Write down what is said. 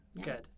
Good